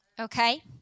Okay